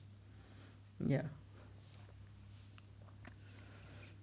ya